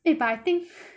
eh but I think